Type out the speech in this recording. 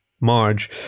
Marge